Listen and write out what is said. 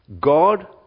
God